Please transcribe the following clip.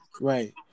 right